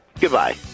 Goodbye